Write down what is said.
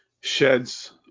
sheds